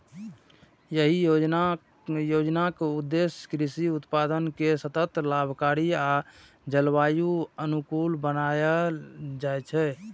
एहि योजनाक उद्देश्य कृषि उत्पादन कें सतत, लाभकारी आ जलवायु अनुकूल बनेनाय छै